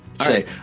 say